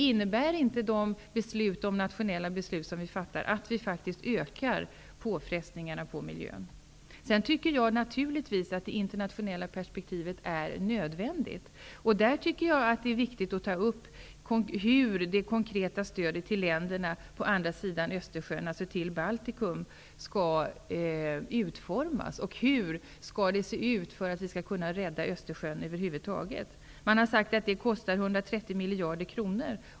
Innebär inte de nationella beslut som fattas att vi faktiskt ökar påfrestningarna på miljön? Det internationella perspektivet är nödvändigt. Det är här viktigt att ta upp hur det konkreta stödet till länderna på andra sidan Östersjön, dvs. till Baltikum, skall utformas. Hur skall det se ut för att vi skall kunna rädda Östersjön? Man har sagt att det kostar 130 miljarder kronor.